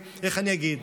איך אני אגיד,